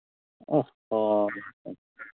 ᱚ ᱦᱚᱸ